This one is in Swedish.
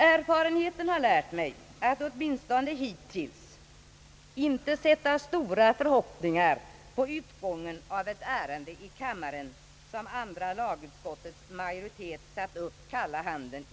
Erfarenheten har lärt mig att åtminstone hittills inte knyta stora förhoppningar till utgången av ett ärende i kammaren, för vilket andra lagutskottets majoritet har satt upp kalla handen.